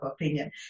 opinion